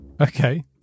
Okay